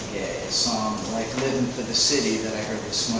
song like living for the city that i heard this